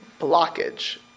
blockage